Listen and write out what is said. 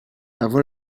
avant